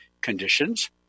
conditions